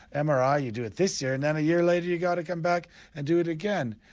and mri you do it this year and then a year later you've got to come back and do it again.